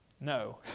no